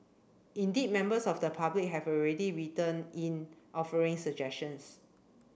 indeed members of the public have already written in offering suggestions